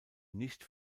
nicht